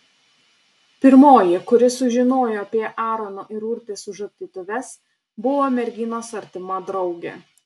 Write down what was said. pirmoji kuri sužinojo apie aarono ir urtės sužadėtuves buvo merginos artima draugė